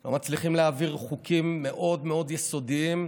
לא מצליחים להעביר חוקים מאוד מאוד יסודיים,